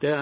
Det